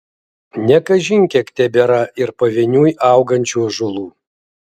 ne kažin kiek tebėra ir pavieniui augančių ąžuolų